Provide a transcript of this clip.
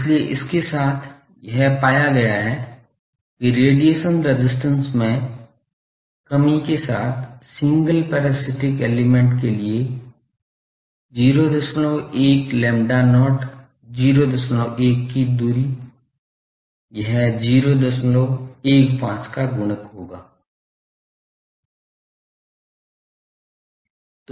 इसलिए इसके साथ यह पाया गया है कि रेडिएशन रेजिस्टेंस में कमी के साथ सिंगल पैरासिटिक एलिमेंट के लिए 01 lambda not 01 की दूरी यह 015 का गुणक द्वारा